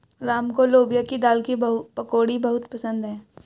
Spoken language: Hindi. राम को लोबिया की दाल की पकौड़ी बहुत पसंद हैं